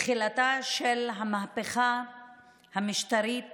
תחילתה של המהפכה המשטרית